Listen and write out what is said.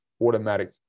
automatic